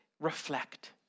reflect